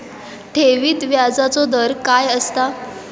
ठेवीत व्याजचो दर काय असता?